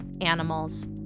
animals